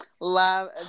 love